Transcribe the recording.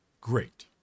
great